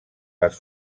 les